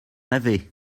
avait